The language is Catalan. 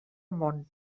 món